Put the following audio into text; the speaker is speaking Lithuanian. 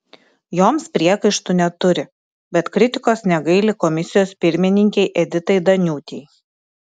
joms priekaištų neturi bet kritikos negaili komisijos pirmininkei editai daniūtei